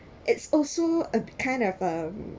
it's also a kind of um